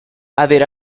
avere